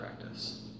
practice